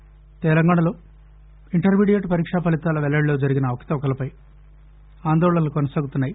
inter ం తెలంగాణాలో intermediate పరీకా ఫలితాల పెల్లడిలో జరిగిన అవకతవకలపై ఆందోళనలు కొనసాగుతున్నాయి